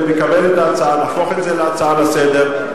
אני מקבל את ההצעה להפוך את זה להצעה לסדר-היום.